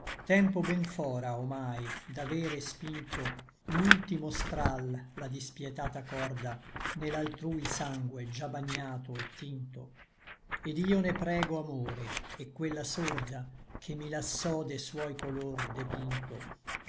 tempo ben fra omai d'avere spinto l'ultimo stral la dispietata corda ne l'altrui sangue già bagnato et tinto et io ne prego amore et quella sorda che mi lassò de suoi color depinto